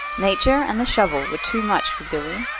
nature and the shovel were too much for billy.